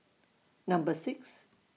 Number six